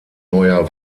neuer